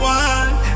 one